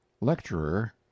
Lecturer